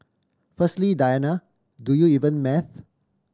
firstly Diana do you even math